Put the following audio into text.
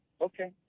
okay